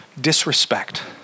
disrespect